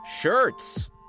shirts